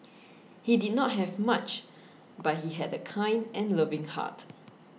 he did not have much but he had a kind and loving heart